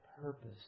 purpose